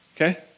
okay